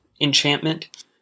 enchantment